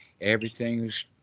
Everything's